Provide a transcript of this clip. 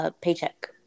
paycheck